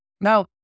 Now